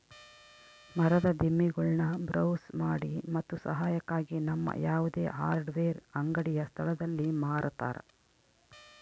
ಮರದ ದಿಮ್ಮಿಗುಳ್ನ ಬ್ರೌಸ್ ಮಾಡಿ ಮತ್ತು ಸಹಾಯಕ್ಕಾಗಿ ನಮ್ಮ ಯಾವುದೇ ಹಾರ್ಡ್ವೇರ್ ಅಂಗಡಿಯ ಸ್ಥಳದಲ್ಲಿ ಮಾರತರ